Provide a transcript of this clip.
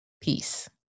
Peace